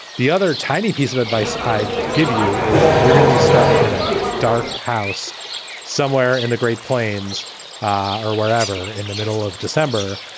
the other tiny piece of advice i'd give you is if you're gonna be stuck in a dark house somewhere in the great plains or wherever in the middle of december,